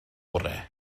orau